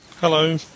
Hello